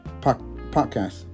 podcast